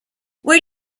where